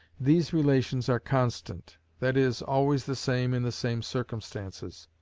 these relations are constant that is, always the same in the same circumstances.